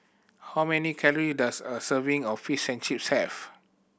how many calorie does a serving of Fish and Chips have